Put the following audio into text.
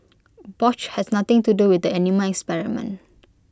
Bosch had nothing to do with the animal experiments